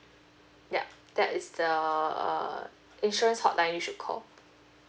yup that is the uh insurance hotline you should call